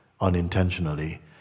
unintentionally